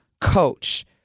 Coach